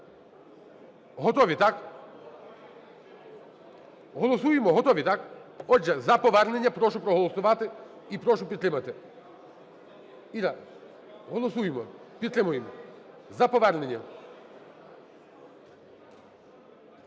Готові, так? Голосуємо, готові, так? Отже, за повернення прошу проголосувати і прошу підтримати. Іра, голосуємо, підтримуємо за повернення,